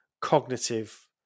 cognitive